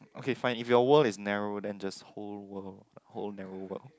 okay fine if your world is narrow then just whole world whole narrow world